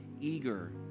eager